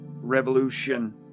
Revolution